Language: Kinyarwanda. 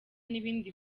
n’ibindi